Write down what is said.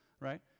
right